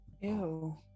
Ew